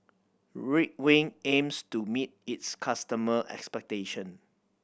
Ridwind aims to meet its customer' expectations